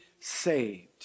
saved